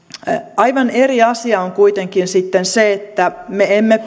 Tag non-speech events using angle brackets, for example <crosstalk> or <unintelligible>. aivan eri asia on kuitenkin se että me emme <unintelligible>